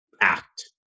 act